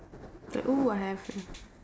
like oo I have